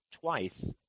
twice